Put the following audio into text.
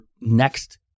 next